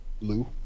Lou